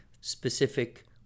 specific